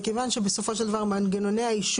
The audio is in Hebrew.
וכאן להגיד שאם היה פרסום כזה לציבור אז אי אפשר יהיה להמשיך.